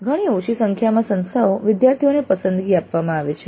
ઘણી ઓછી સંખ્યામાં સંસ્થાઓ વિદ્યાર્થીઓને પસંદગી આપવામાં આવે છે